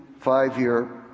five-year